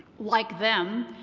like them,